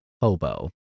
hobo